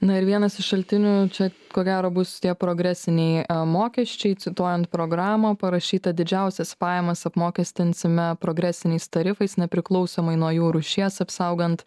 na ir vienas iš šaltinių čia ko gero bus tie progresiniai mokesčiai cituojant programą parašyta didžiausias pajamas apmokestinsime progresiniais tarifais nepriklausomai nuo jų rūšies apsaugant